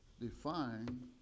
define